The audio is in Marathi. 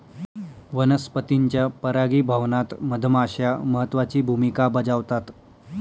वनस्पतींच्या परागीभवनात मधमाश्या महत्त्वाची भूमिका बजावतात